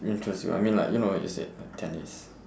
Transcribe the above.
interests you I mean like you know what you said uh tennis